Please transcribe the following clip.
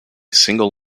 single